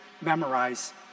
memorize